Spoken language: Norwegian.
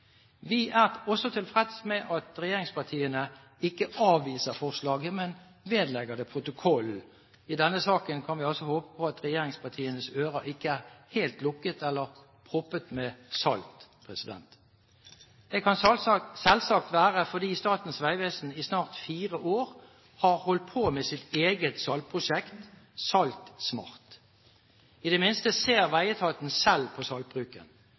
Vi er også tilfreds med at regjeringspartiene ikke avviser forslaget, men vedlegger det protokollen. I denne saken kan vi altså håpe på at regjeringspartienes ører ikke er helt lukket – eller proppet med salt. Det kan selvsagt være fordi Statens vegvesen i snart fire år har holdt på med sitt eget saltprosjekt, Salt SMART, men i det minste ser veietaten selv på saltbruken.